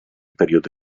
periodo